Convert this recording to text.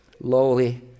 lowly